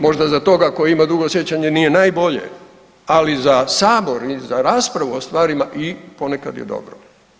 Možda za toga tko ima dugo sjećanje nije najbolje, ali za Sabor i za raspravu o stvarima, i ponekad je dobro.